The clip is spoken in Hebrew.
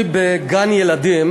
בגן-ילדים.